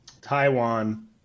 Taiwan